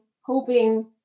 hoping